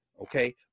Okay